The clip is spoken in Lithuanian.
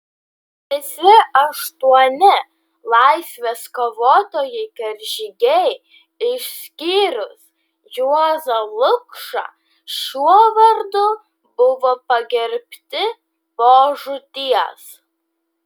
visi aštuoni laisvės kovotojai karžygiai išskyrus juozą lukšą šiuo vardu buvo pagerbti po žūties